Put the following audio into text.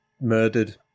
murdered